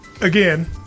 again